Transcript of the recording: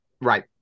Right